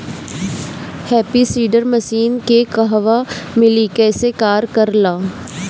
Happy seeder machine के कहवा मिली कैसे कार कर ला?